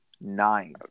Nine